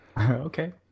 Okay